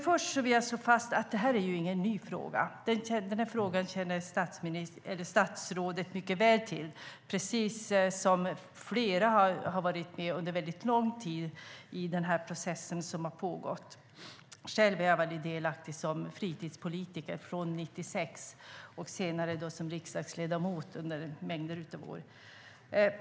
Först vill jag slå fast att det här inte är en ny fråga. Statsrådet känner mycket väl till frågan, precis som flera av oss som har varit med under mycket lång tid i den process som har pågått. Själv har jag varit delaktig från 1996 som fritidspolitiker och senare som riksdagsledamot under många år.